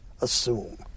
assume